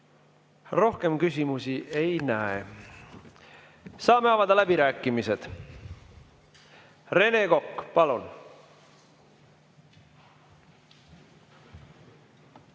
Rohkem küsimusi ei näe. Saame avada läbirääkimised. Rene Kokk, palun!